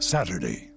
Saturday